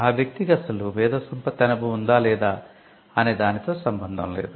ఆ వ్యక్తికి అసలు మేధో సంపత్తి అనుభవం ఉందా లేదా అనే దానితో సంబంధం లేదు